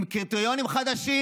עם קריטריונים חדשים.